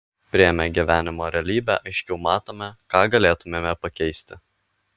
priėmę gyvenimo realybę aiškiau matome ką galėtumėme pakeisti